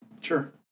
Sure